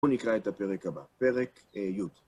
בואו נקרא את הפרק הבא, פרק י.